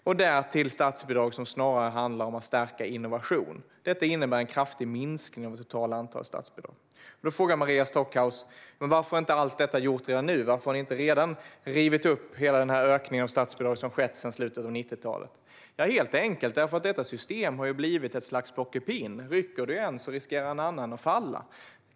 Därtill kommer statsbidrag som snarare handlar om att stärka innovation. Detta innebär en kraftig minskning av det totala antalet statsbidrag. Då frågar Maria Stockhaus: Men varför är inte allt detta gjort redan nu? Varför har ni inte redan rivit upp hela den ökning av statsbidragen som har skett sedan slutet av 90-talet? Anledningen är helt enkelt att detta system har blivit ett slags plockepinn. Rycker man i något riskerar något annat att falla.